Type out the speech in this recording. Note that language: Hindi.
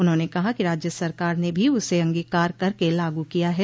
उन्होंने कहा कि राज्य सरकार ने भी उसे अंगीकार करके लागू किया है